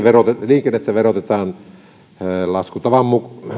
verotettua liikennettä verotetaan laskutavasta